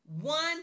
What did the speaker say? one